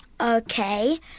Okay